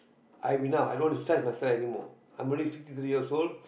I have enough i don't want to stress myself anymore I'm already sixty three years old